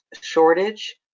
shortage